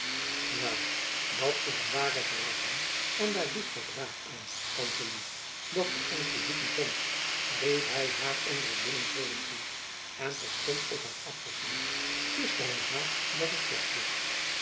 wel dat is een ware verrassing en daar doet gy braaf aan tantelief dat gy ons bezoeken komt riep hy haar onder t binnentreden toe en terstond op haar afgesneld kustte hy haar dat het klapte